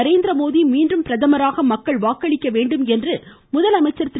நரேந்திரமோடி மீண்டும் பிரதமராக மக்கள் வாக்களிக்க வேண்டும் என்று முதலமைச்சர் திரு